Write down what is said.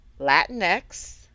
Latinx